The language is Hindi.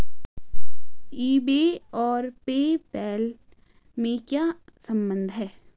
ई बे और पे पैल में क्या संबंध है?